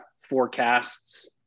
forecasts